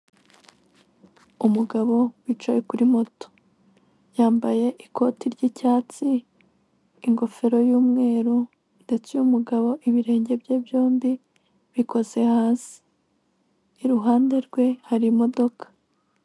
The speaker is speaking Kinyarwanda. Umugabo wicaye kuri moto, yambaye ikoti ry'icyatsi, ingofero y'umweru, ndetse uyu mugabo ibirenge bye byombi bikoze hasi, iruhande rwe hari imodoka.